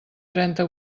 trenta